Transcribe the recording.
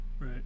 right